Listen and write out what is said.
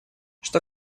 что